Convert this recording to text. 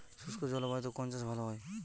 শুষ্ক জলবায়ুতে কোন চাষ ভালো হয়?